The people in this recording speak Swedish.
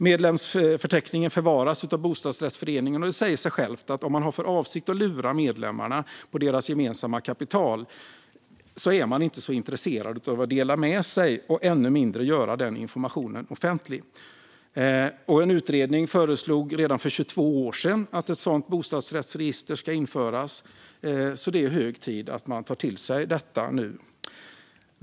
Medlemsförteckningen förvaras av bostadsrättsföreningen, och det säger sig självt att om man har för avsikt att lura medlemmarna på deras gemensamma kapital är man inte så intresserad av att dela med sig och ännu mindre att göra denna information offentlig. En utredning föreslog redan för 22 år sedan att ett sådant bostadsrättsregister skulle införas. Så det är hög tid att man nu tar till sig detta.